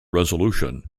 resolution